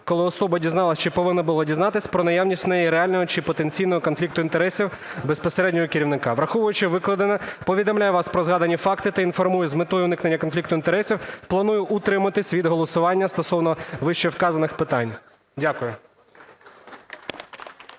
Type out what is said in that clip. коли особа дізналася чи повинна була дізнатися про наявність у неї реального чи потенційного конфлікту інтересів, безпосереднього керівника. Враховуючи викладене, повідомляю вас про згадані факти та інформую: з метою уникнення конфлікту інтересів планую утриматись від голосування стосовно вищевказаних питань. Дякую.